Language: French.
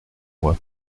moi